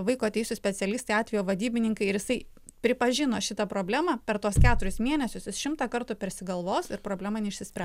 vaiko teisių specialistai atvejo vadybininkai ir jisai pripažino šitą problemą per tuos keturis mėnesius jis šimtą kartų persigalvos ir problema neišsispręs